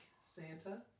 Santa